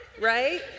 right